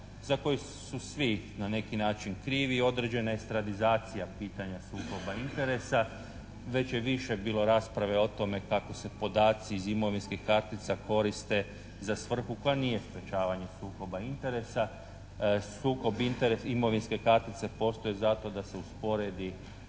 za koji su svi na neki način krivi, određena estradizacija pitanja sukoba interesa. Već je više bilo rasprave o tome kao se podaci iz imovinskim kartica koriste za svrhu koja nije sprječavanje sukoba interesa. Sukob interesa, imovinske kartice postoje zato da se usporedi